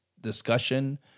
discussion